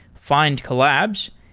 findcollabs.